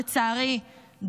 לצערי,